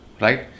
right